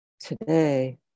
today